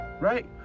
right